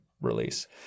release